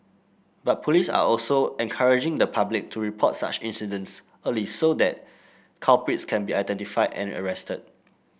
but police are also encouraging the public to report such incidents early so that culprits can be identified and arrested